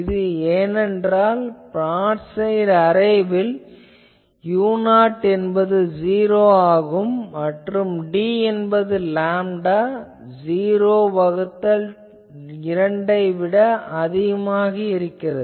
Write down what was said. இது ஏனென்றால் broad side அரேவில் u0 என்பது '0' மற்றும் d என்பது லேம்டா 0 வகுத்தல் 2 ஐ விட அதிகமாக இருக்கிறது